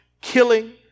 killing